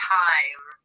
time